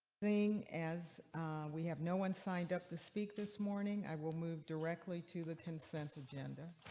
seeing as we have, no one signed up to speak this morning, i will move directly to the consent agenda.